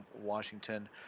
Washington